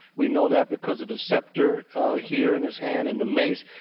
we know that because of the sceptor here in his hand and the mace,